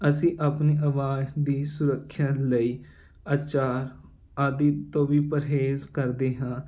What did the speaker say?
ਅਸੀਂ ਆਪਣੀ ਆਵਾਜ਼ ਦੀ ਸੁਰੱਖਿਆ ਲਈ ਆਚਾਰ ਆਦਿ ਤੋਂ ਵੀ ਪਰਹੇਜ਼ ਕਰਦੇ ਹਾਂ